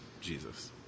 Jesus